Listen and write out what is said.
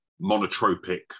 monotropic